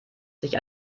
sich